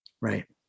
Right